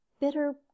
bitter